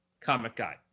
Comic-Guy